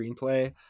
Screenplay